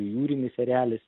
jūrinis erelis